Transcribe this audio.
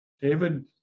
david